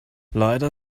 leider